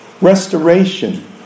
Restoration